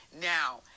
Now